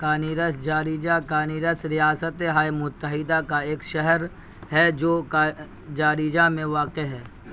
کانیرس جاریجا کانیرس ریاست ہائے متحدہ کا ایک شہر ہے جو کا جاریجا میں واقع ہے